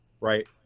right